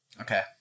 Okay